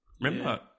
Remember